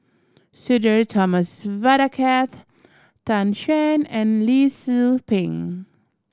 Sudhir Thomas Vadaketh Tan Shen and Lee Tzu Pheng